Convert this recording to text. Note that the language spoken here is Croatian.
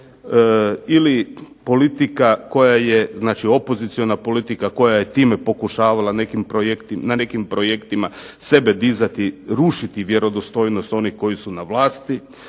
znači opoziciona politika koja je time pokušavala na nekim projektima sebe dizati, rušiti vjerodostojnost onih koji su na vlasti.